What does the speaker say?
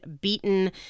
beaten